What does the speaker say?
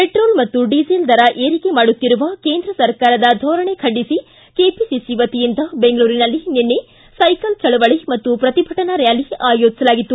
petrol diesel ದರ ಏರಿಕೆ ಮಾಡುತ್ತಿರುವ ಕೇಂದ್ರ ಸರ್ಕಾರದ ದೋರಣೆ ಖಂಡಿಸಿ ಕೆಪಿಸಿಸಿ ವತಿಯಿಂದ ಬೆಂಗಳೂರಿನಲ್ಲಿ ನಿನ್ನೆ ಸೈಕಲ್ ಚಳವಳಿ ಮತ್ತು ಪ್ರತಿಭಟನಾ ರ್ಕಾಲಿ ಆಯೋಜಿಸಲಾಗಿತ್ತು